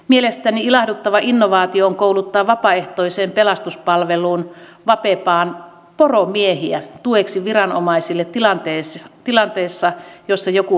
mielestäni ilahduttava innovaatio on kouluttaa vapaaehtoiseen pelastuspalveluun vapepaan poromiehiä tueksi viranomaisille tilanteessa jossa joku eksyy maastoon